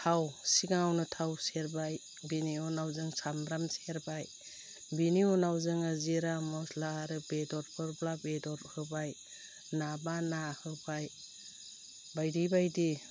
थाव सिगाङावनो थाव सेरबाय बिनि उनाव जों सामब्राम सेरबाय बिनि उनाव जोङो जिरा मस्ला आरो बेदरफोरब्ला बेदर होबाय नाबा ना होबाय बायदि बायदि